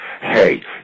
hey